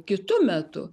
kitu metu